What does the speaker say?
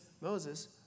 Moses